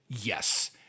Yes